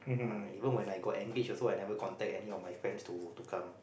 ah even when I got engaged also I never contact any of my friends to to come